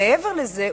מעבר לזה,